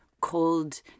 cold